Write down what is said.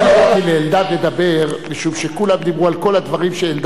לדבר משום שכולם דיברו על כל הדברים שאלדד רצה לדבר,